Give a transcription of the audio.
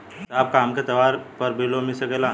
साहब का हमके त्योहार पर भी लों मिल सकेला?